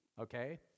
okay